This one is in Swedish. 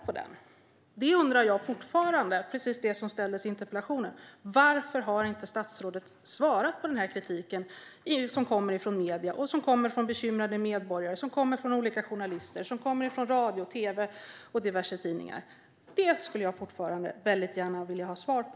Jag undrar fortfarande över precis den fråga som ställdes i interpellationen: Varför har inte statsrådet svarat på den kritik som kommer från medierna, från bekymrade medborgare, från olika journalister, från radio och tv och från diverse tidningar? Det skulle jag fortfarande gärna vilja ha svar på.